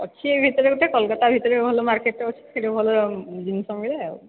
ଅଛି ଏଇ ଭିତରେ ଗୋଟେ କଲିକତା ଭିତରେ ଭଲ ମାର୍କେଟ୍ଟେ ଅଛି ସେଠେ ଭଲ ଜିନିଷ ମିଳେ ଆଉ